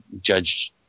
Judge